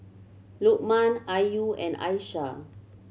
Lukman Ayu and Aishah